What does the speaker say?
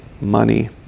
money